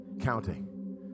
Counting